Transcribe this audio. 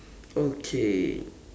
okay